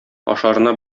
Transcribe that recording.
ашарына